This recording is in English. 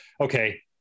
okay